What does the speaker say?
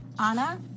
Anna